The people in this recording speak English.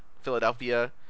Philadelphia